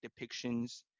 depictions